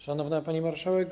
Szanowna Pani Marszałek!